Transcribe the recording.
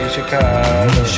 Chicago